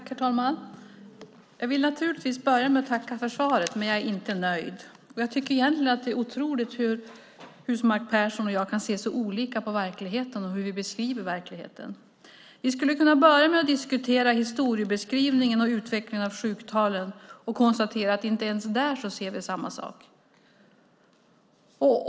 Herr talman! Jag vill naturligtvis börja med att tacka för svaret, men jag är inte nöjd. Jag tycker att det är otroligt att Cristina Husmark Pehrsson och jag kan se så olika på verkligheten och beskriva den så olika. Vi skulle kunna börja med att diskutera historiebeskrivningen och utvecklingen av sjuktalen och konstatera att vi inte ens där ser samma sak.